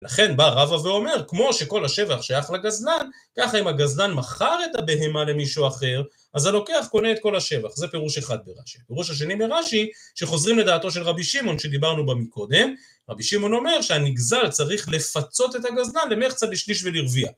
לכן בא רבא ואומר, כמו שכל השבח שייך לגזלן, ככה אם הגזלן מכר את הבהמה למישהו אחר, אז הלוקח, קונה את כל השבח. זה פירוש אחד ברש"י. פירוש השני ברש"י, שחוזרים לדעתו של רבי שמעון, שדיברנו בה מקודם, רבי שמעון אומר שהנגזל צריך לפצות את הגזלן למחצה בשליש ולרביע.